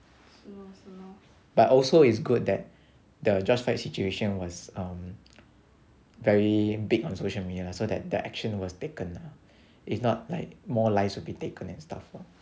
but also is good that the george floyd situation was very big on social media lah so that the action was taken ah if not like more lives will be taken and stuff lor